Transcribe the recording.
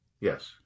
Yes